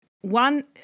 one